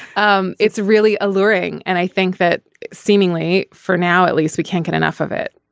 um it's really alluring and i think that seemingly for now at least we can't get enough of it.